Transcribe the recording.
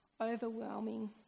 overwhelming